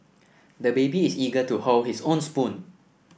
the baby is eager to hold his own spoon